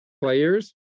players